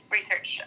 research